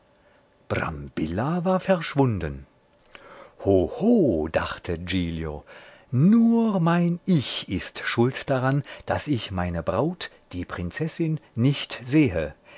war verschwunden hoho dachte giglio nur mein ich ist schuld daran daß ich meine braut die prinzessin nicht sehe